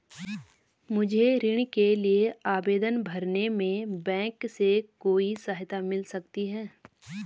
मुझे ऋण के लिए आवेदन भरने में बैंक से कोई सहायता मिल सकती है?